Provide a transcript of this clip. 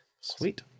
Sweet